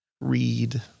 read